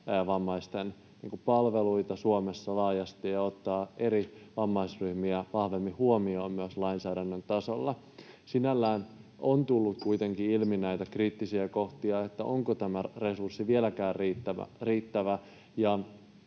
vammaisten palveluita Suomessa laajasti ja ottaa eri vammaisryhmiä vahvemmin huomioon myös lainsäädännön tasolla. Sinällään on tullut kuitenkin ilmi näitä kriittisiä kohtia, että onko tämä resurssi vieläkään riittävä